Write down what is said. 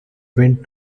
went